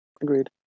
Agreed